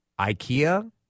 Ikea